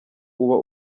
uba